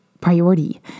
priority